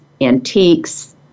antiques